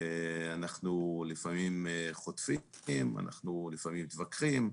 לפעמים אנחנו חוטפים, לפעמים אנחנו מתווכחים,